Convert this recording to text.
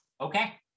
Okay